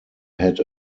had